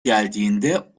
geldiğinde